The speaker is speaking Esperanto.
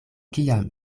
kiam